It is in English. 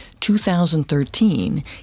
2013